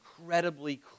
incredibly